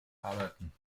arbeiten